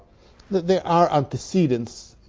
there are antecedents